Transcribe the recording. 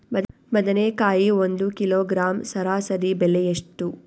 ಬದನೆಕಾಯಿ ಒಂದು ಕಿಲೋಗ್ರಾಂ ಸರಾಸರಿ ಬೆಲೆ ಎಷ್ಟು?